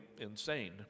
insane